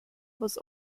was